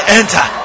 enter